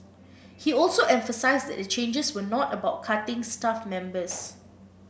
he also emphasised that the changes were not about cutting staff members